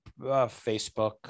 Facebook